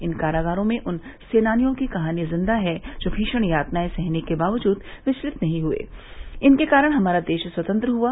इन कारागारों में उन सेनानियों की कहानी जिन्दा है जो भीषण यातनाएं सहने के बावजूद विवलित नहीं हुये इनके कारण हमारा देश स्वतंत्र हुआ